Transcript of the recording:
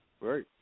right